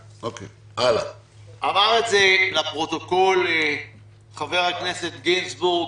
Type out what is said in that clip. אמר את זה לפרוטוקול חבר הכנסת גינזבורג,